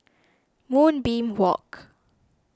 Moonbeam Walk